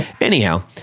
anyhow